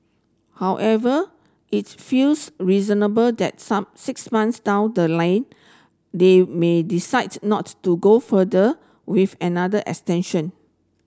however it feels reasonable that some six months down the line they may decide not to go further with another extension